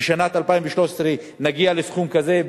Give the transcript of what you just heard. בשנת 2013 נגיע לסכום כזה,